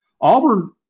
Auburn